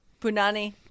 Punani